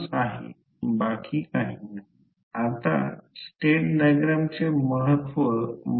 तर हे ∅21 आहे आपल्याला माहित आहे की आधी मी सांगितले होते की हे रिलेशन माहित असणे आवश्यक आहे की L I N∅